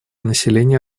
населения